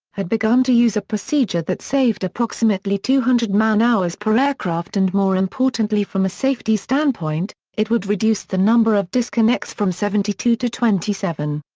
had begun to use a procedure procedure that saved approximately two hundred man-hours per aircraft and more importantly from a safety standpoint, it would reduce the number of disconnects from seventy two to twenty seven.